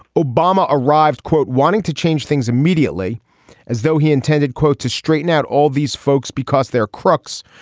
obama arrived quote wanting to change things immediately as though he intended quote to straighten out all these folks because they're crooks.